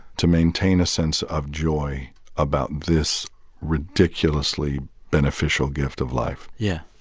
to maintain a sense of joy about this ridiculously beneficial gift of life yeah.